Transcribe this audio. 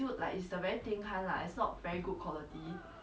ten dollars for 几张照片